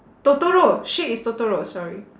totoro shit it's totoro sorry